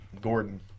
Gordon